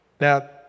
Now